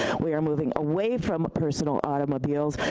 we are moving away from personal automobiles.